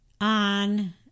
on